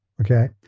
okay